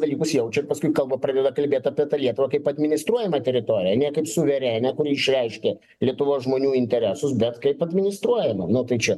dalykus jaučia paskui kalba pradeda kalbėti apie lietuvą kaip administruojamą teritoriją ne kaip suverenią kuri išreiškė lietuvos žmonių interesus bet kaip administruojama nu tai čia